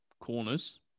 corners